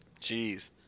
Jeez